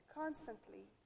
constantly